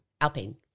Alpine